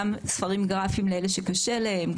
גם ספרים גראפיים לאלה שקשה להם,